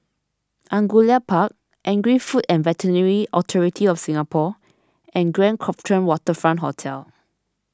Angullia Park Agri Food and Veterinary Authority of Singapore and Grand Copthorne Waterfront Hotel